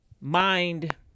Mind